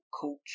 culture